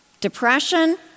Depression